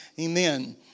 Amen